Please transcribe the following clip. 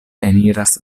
eniras